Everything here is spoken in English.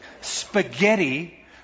Spaghetti